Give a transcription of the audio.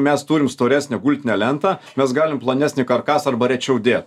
mes turim storesnę gultinę lentą mes galim plonesnį karkasą arba rečiau dėt